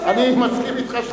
אני מסכים אתך שאתה לא הפרעת.